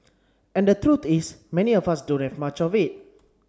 and the truth is many of us don't have much of it